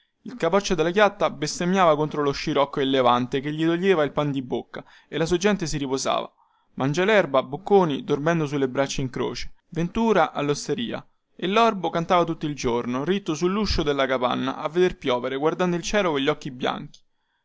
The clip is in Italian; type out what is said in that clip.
il capoccia della chiatta bestemmiava contro lo scirocco e levante che gli toglieva il pan di bocca e la sua gente si riposava mangialerba bocconi dormendo sulle braccia in croce ventura allosteria e lorbo cantava tutto il giorno ritto sulluscio della capanna a veder piovere guardando il cielo cogli occhi bianchi